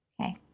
Okay